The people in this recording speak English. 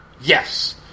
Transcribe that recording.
Yes